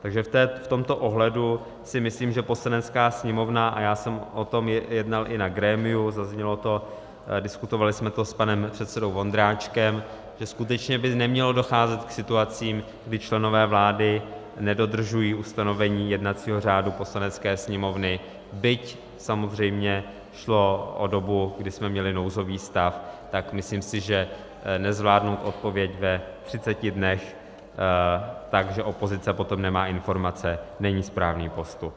Takže v tomto ohledu si myslím, že Poslanecká sněmovna, a já jsem o tom jednal i na grémiu, zaznělo to, diskutovali jsme to s panem předsedou Vondráčkem, že skutečně by nemělo docházet k situacím, kdy členové vlády nedodržují ustanovení jednacího řádu Poslanecké sněmovny, byť samozřejmě šlo o dobu, kdy jsme měli nouzový stav, tak si myslím, že nezvládnout odpověď ve třiceti dnech, že opozice potom nemá informace, není správný postup.